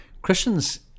Christians